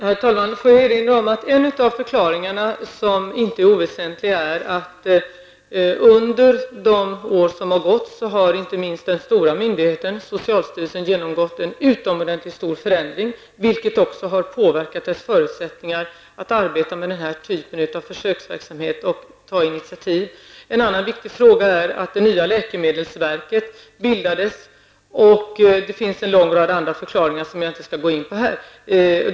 Herr talman! Jag vill erinra om att en av förklaringarna, som inte är oväsentlig, är att under de år som gått har inte minst den stora myndigheten, socialstyrelsen, genomgått en utomordentligt stor förändring, vilket också har påverkat dess förutsättningar att arbeta med den här typen av försöksverksamhet och ta initiativ. En annan viktig förklaring är att det nya läkemedelsverket bildades. Det finns en lång rad andra förklaringar som jag inte skall gå in på här.